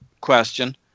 question